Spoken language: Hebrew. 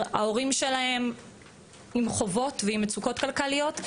ההורים שלהם עם חובות ועם מצוקות כלכליות,